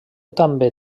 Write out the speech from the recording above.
també